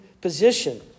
position